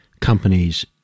companies